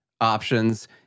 options